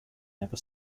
never